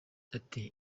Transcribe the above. ati